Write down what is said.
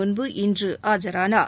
முன்பு இன்று ஆஜரானார்